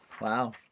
Wow